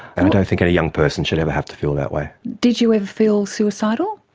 and i don't think any young person should have have to feel that way. did you ever feel suicidal?